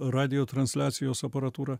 radijo transliacijos aparatūra